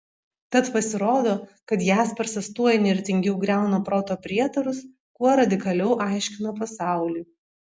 tad pasirodo kad jaspersas tuo įnirtingiau griauna proto prietarus kuo radikaliau aiškina pasaulį